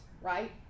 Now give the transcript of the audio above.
right